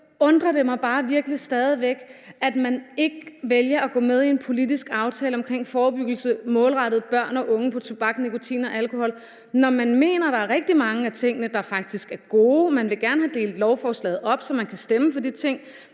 mig bare virkelig stadig væk, at man ikke vælger at gå med i en politisk aftale om forebyggelse målrettet børn og unge i forhold til tobak, nikotin og alkohol. Når man mener, der er rigtig mange af tingene, der faktisk er gode, og man vil gerne have delt lovforslaget op, så man kan stemme for de ting,